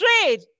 trade